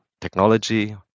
technology